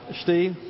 Steve